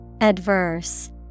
Adverse